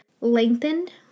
lengthened